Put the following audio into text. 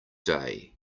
day